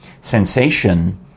sensation